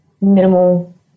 minimal